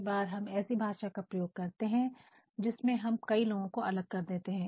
कई बार हम ऐसी भाषा का प्रयोग करते हैं जिसमें हम कई लोगों को अलग कर देते हैं